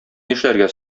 нишләргә